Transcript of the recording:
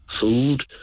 food